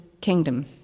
Kingdom